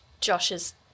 Josh's